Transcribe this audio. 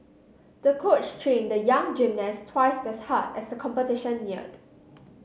the coach trained the young gymnast twice as hard as the competition neared